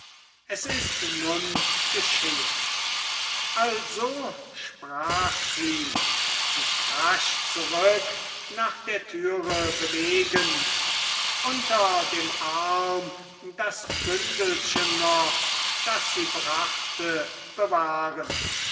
es ist nun geschehen also sprach sie sich rasch zurück nach der türe bewegend unter dem arm das bündelchen noch das sie brachte bewahrend